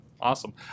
awesome